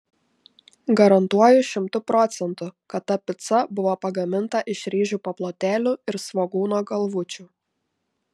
garantuoju šimtu procentų kad ta pica buvo pagaminta iš ryžių paplotėlių ir svogūno galvučių